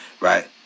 right